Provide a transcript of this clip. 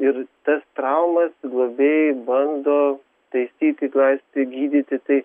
ir tas traumas globėjai bando taisyti glaistyti gydyti tai